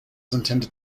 intended